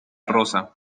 rosa